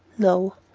no.